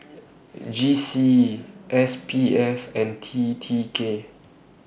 G C E S P F and T T K